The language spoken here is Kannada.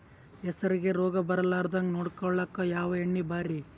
ಹೆಸರಿಗಿ ರೋಗ ಬರಲಾರದಂಗ ನೊಡಕೊಳುಕ ಯಾವ ಎಣ್ಣಿ ಭಾರಿ?